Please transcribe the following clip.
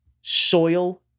soil